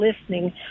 listening